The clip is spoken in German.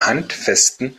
handfesten